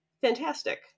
fantastic